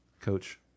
coach